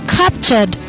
captured